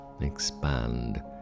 expand